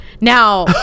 Now